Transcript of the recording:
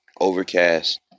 Overcast